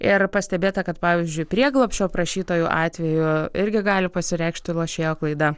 ir pastebėta kad pavyzdžiui prieglobsčio prašytojų atveju irgi gali pasireikšti lošėjo klaida